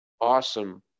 awesome